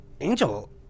Angel